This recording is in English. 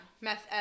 Meth